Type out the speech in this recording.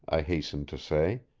i hastened to say.